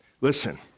Listen